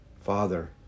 Father